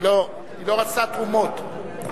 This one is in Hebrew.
היא לא רצתה תרומות.